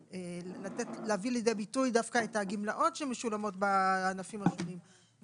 להביא לידי ביטוי דווקא את הגמלאות שמשולמות בענפים השונים,